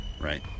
Right